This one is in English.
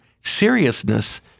seriousness